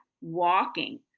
walking